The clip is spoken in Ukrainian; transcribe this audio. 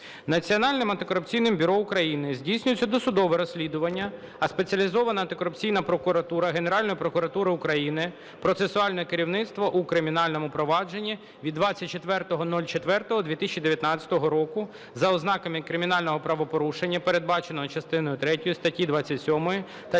Національним антикорупційним бюро України здійснюється досудове розслідування, а Спеціалізована антикорупційна прокуратура, Генеральна прокуратура України – процесуальне керівництво у кримінальному провадженні від 24.04.2019 року за ознаками кримінального правопорушення, передбаченого частиною третьою статті 27 та